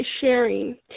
sharing